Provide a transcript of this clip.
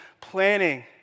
planning